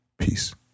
Peace